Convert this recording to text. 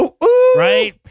Right